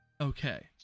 Okay